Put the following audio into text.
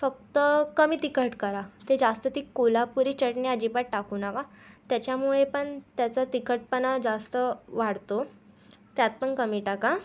फक्त कमी तिखट करा ते जास्त ती कोल्हापुरी चटणी अजिबात टाकू नका त्याच्यामुळे पण त्याचा तिखटपणा जास्त वाढतो त्यात पण कमी टाका